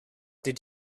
did